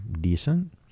decent